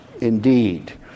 indeed